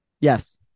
Yes